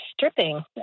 stripping